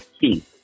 key